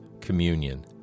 communion